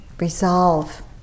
resolve